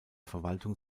verwaltung